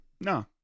no